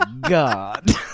god